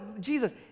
Jesus